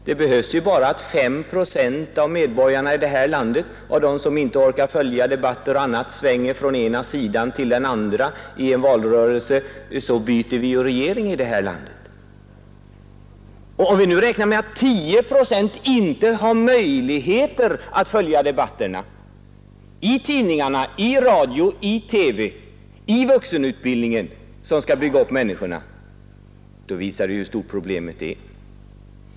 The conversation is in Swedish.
Det behövs ju bara att 5 procent av medborgarna här i landet — bland dem som inte orkar följa debatten — svänger från ena sidan till den andra i en valrörelse, så byter vi regering. Om vi nu räknar med att 10 procent inte har möjlighet att följa debatterna i tidningar, radio, TV och vuxenutbildningen, som skall bygga upp människorna, så visar detta hur stort problemet är.